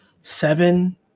seven